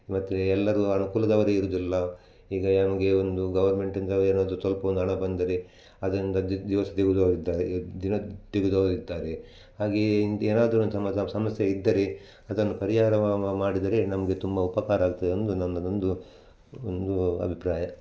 ಮತ್ತು ಎಲ್ಲರೂ ಅನುಕೂಲದವರೇ ಇರುವುದಿಲ್ಲ ಈಗ ನಮಗೆ ಒಂದು ಗೌರ್ಮೆಂಟಿಂದ ಏನಾದ್ರೂ ಸ್ವಲ್ಪ ಒಂದು ಹಣ ಬಂದರೆ ಅದರಿಂದ ದಿ ದಿವಸ ತೆಗೆದವ್ರಿದ್ದಾರೆ ದಿನ ತೆಗೆದವರಿರ್ತಾರೆ ಹಾಗೆಯೇ ಇಂಥ ಏನಾದರೂ ಒಂದು ಸಮಸ್ಯೆ ಇದ್ದರೆ ಅದನ್ನು ಪರಿಹಾರವ ಮಾಡಿದರೆ ನಮಗೆ ತುಂಬ ಉಪಕಾರ ಆಗ್ತದೆ ಅಂದು ನನ್ನದೊಂದು ಒಂದು ಅಭಿಪ್ರಾಯ